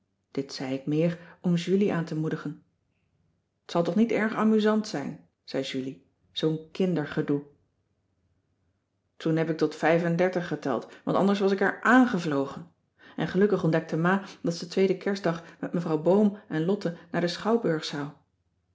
dit zei ik meer om julie aan te moedigen t zal toch niet erg amusant zijn zei julie zoo'n kindergedoe toen heb ik tot vijf en dertig geteld want anders was ik haar aangevlogen en gelukkig ontdekte ma dat ze tweeden kerstdag met mevrouw boom en lotte naar den